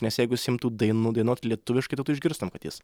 nes jeigu jis imtų dainu dainuot lietuviškai tai tu išgirstum kad jis